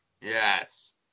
Yes